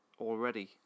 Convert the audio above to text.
already